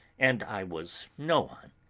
and i was no one.